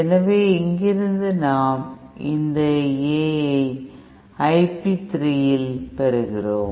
எனவே இங்கிருந்து நாம் இந்த A ஐ I p 3 இல் பெறுகிறோம்